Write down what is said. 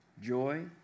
joy